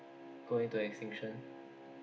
go into extinction